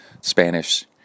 Spanish